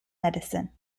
medicine